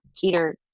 Peter